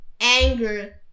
anger